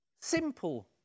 simple